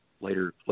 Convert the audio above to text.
later